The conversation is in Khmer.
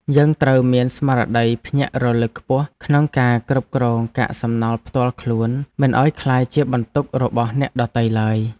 យើងត្រូវមានស្មារតីភ្ញាក់រលឹកខ្ពស់ក្នុងការគ្រប់គ្រងកាកសំណល់ផ្ទាល់ខ្លួនមិនឱ្យក្លាយជាបន្ទុករបស់អ្នកដទៃឡើយ។